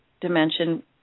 dimension